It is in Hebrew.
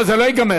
זה לא ייגמר.